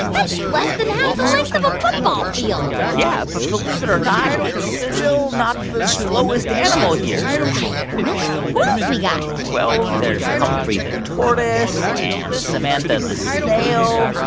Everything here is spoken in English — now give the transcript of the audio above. that's less than half the length of a football field yeah. but believe it or not, it's still not the slowest animal here what? really? who else we got? well, there's humphrey the tortoise and samantha the snail.